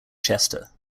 chester